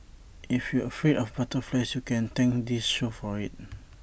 if you're afraid of butterflies you can thank this show for IT